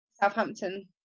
Southampton